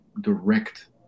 direct